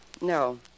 no